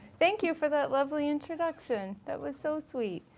thank you for that lovely introduction, that was so sweet.